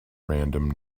random